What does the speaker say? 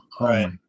right